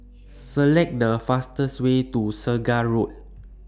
Select The fastest Way to Segar Road